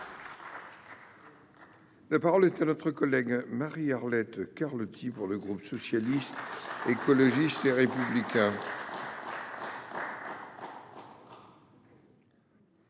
La parole est à notre collègue Marie-Arlette Carlotti pour le groupe social. Écologiste et républicain.